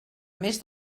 més